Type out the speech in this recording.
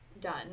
done